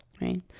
right